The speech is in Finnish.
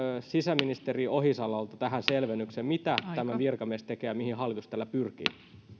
sisäministeri ohisalolta tähän selvennyksen mitä tämä virkamies tekee ja mihin hallitus tällä pyrkii